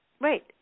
right